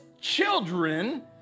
children